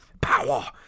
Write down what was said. Power